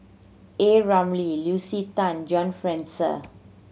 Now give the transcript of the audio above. A Ramli Lucy Tan John Fraser